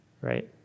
right